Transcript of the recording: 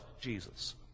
Jesus